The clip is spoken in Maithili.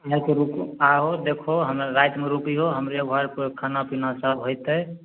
नहि छै रूटमे आहो देखहो हमर रातिमे रुकिहो हमरे घरपर खानापीना सब होइतैक